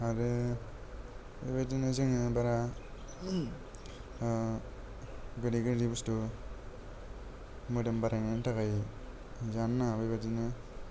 आरो बेबायदिनो जोङो बारा बेलेक गाज्रि बुस्थु मोदोम बारायनायनि थाखाय जानो नाङा बेबायदिनो